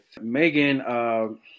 Megan